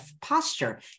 posture